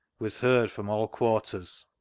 was heard from all quarters.